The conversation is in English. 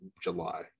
july